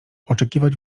oczekiwać